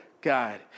God